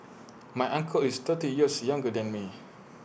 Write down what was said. my uncle is thirty years younger than me